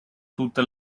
tutte